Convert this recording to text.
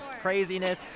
craziness